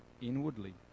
inwardly